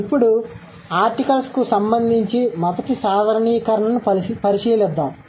కాబట్టి ఇప్పుడు ఆర్టికల్స్కు సంబంధించి మొదటి సాధారణీకరణను పరిశీలిద్దాం